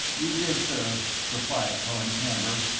you did, sir, replied colin camber,